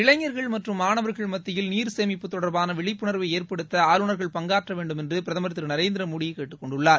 இளைஞர்கள் மற்றும் மாணவர்கள் மத்தியில் நீர் சேமிப்பு தொடர்பான விழிப்புணர்வை ஏற்படுத்த ஆளுநர்கள் பங்காற்ற வேண்டும் என்று பிரதமர் திரு நரேந்திர மோடி கேட்டுக்கொண்டுள்ளார்